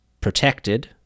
protected